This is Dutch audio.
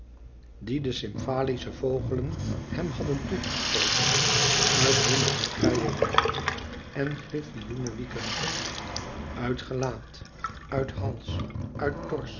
die de stymfalische vogelen hem hadden toe geschoten uit hunne harpije lijven en griffioene wieken uit gelaat uit hals